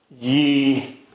ye